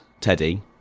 Teddy